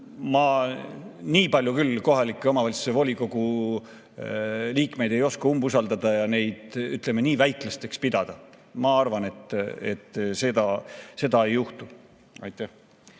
Ma nii palju küll kohalike omavalitsuste volikogu liikmeid ei umbusalda ega pea neid, ütleme, nii väiklaseks. Ma arvan, et seda ei juhtu. Aivar